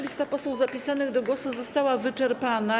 Lista posłów zapisanych do głosu została wyczerpana.